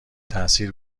تأثیر